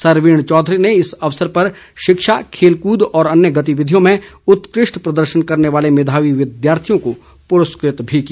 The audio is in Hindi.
सरवीण चौधरी ने इस अवसर पर शिक्षा खेल कूद व अन्य गतिविधियों में उत्कृष्ठ प्रदर्शन करने वाले मेधवी विद्यार्थियों को पुरस्कृत भी किया